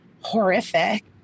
horrific